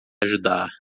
ajudar